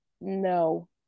no